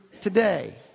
today